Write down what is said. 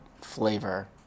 flavor